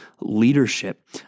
leadership